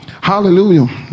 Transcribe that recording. Hallelujah